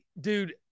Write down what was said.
Dude